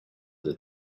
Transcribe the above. the